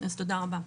תודה רבה.